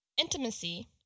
Intimacy